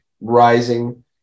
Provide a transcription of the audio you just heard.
rising